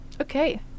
Okay